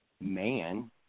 man